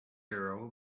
hero